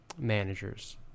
managers